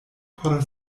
por